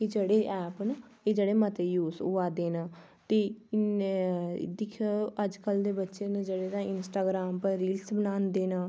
एह् जेह्ड़े ऐप्प न एह् जेह्ड़े मते यूज़ होआ करदे न ते हून एह् दिक्खेओ अजकल दे बच्चे न जेह्ड़े इंस्टाग्राम उप्पर रील्स बनांदे न